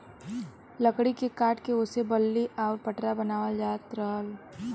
लकड़ी के काट के ओसे बल्ली आउर पटरा बनावल जात रहल